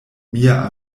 mia